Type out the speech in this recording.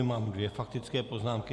Mám dvě faktické poznámky.